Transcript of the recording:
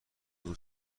اون